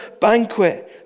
banquet